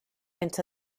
into